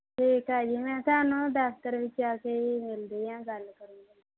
ਠੀਕ ਹੈ ਜੀ ਮੈਂ ਤੁਹਾਨੂੰ ਦਫ਼ਤਰ ਵਿੱਚ ਆ ਕੇ ਜੀ ਮਿਲਦੀ ਹਾਂ ਗੱਲ ਕਰੂੰਗੇ